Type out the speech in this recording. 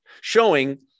showing